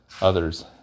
others